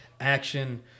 action